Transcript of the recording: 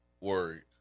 worried